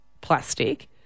plastic